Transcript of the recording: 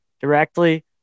directly